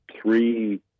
three